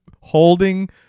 holding